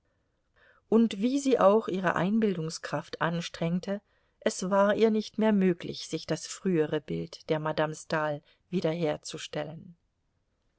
und wie sie auch ihre einbildungskraft anstrengte es war ihr nicht mehr möglich sich das frühere bild der madame stahl wiederherzustellen